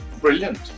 Brilliant